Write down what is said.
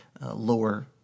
lower